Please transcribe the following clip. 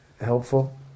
helpful